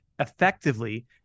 Effectively